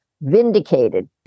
vindicated